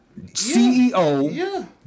CEO